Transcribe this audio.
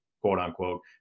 quote-unquote